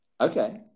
okay